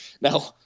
Now